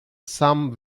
some